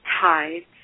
tides